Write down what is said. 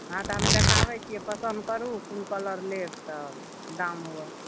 हँ तऽ हम देखाबै छिए पसन्द करू कोन कलर लेब तब दाम होत